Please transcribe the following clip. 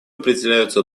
определяются